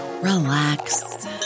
relax